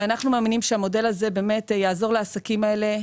אנחנו מאמינים שהמודל הזה יעזור לעסקים האלה,